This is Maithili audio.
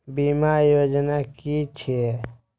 बीमा योजना कि छिऐ?